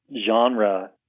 genre